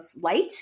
light